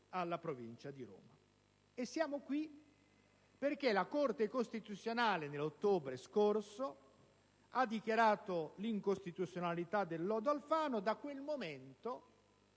provinciale di Roma. Siamo qui oggi perché la Corte costituzionale nell'ottobre scorso ha dichiarato l'incostituzionalità del lodo Alfano. Da quel momento,